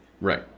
Right